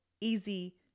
easy